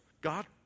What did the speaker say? God